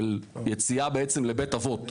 של יציאה בעצם לבית אבות.